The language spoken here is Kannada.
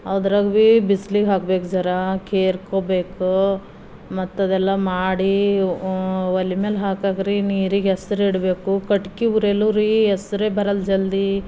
ಅದ್ರಾಗ ಭೀ ಬಿಸ್ಲಿಗೆ ಹಾಕ್ಬೇಕು ಜರ ಕೇರ್ಕೋಬೇಕು ಮತ್ತದೆಲ್ಲ ಮಾಡಿ ಒಲೆ ಮೇಲೆ ಹಾಕಕ್ರೀ ನೀರಿಗೆ ಹೆಸ್ರು ಇಡಬೇಕು ಕಟ್ಟಿಗೆ ಉರಿಯಲ್ದು ರೀ ಹೆಸರೇ ಬರಲ್ಲ ಜಲ್ದಿ